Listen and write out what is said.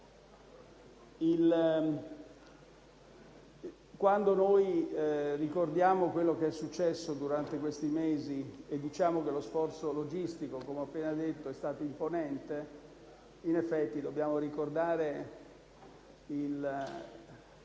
Quando ricordiamo quanto successo durante gli ultimi mesi e diciamo che lo sforzo logistico - come ho appena detto - è stato imponente, in effetti dobbiamo ricordare il